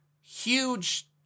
huge